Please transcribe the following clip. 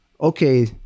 okay